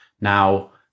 now